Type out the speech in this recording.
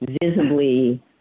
visibly